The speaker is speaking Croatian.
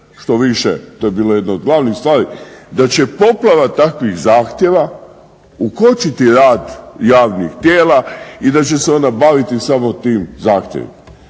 štoviše to je bilo jedno od glavnih stvari, da će poplava takvih zahtjeva ukočiti rad javnih tijela i da će se ona baviti samo tim zahtjevima.